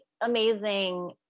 amazing